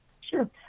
Sure